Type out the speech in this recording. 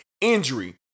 injury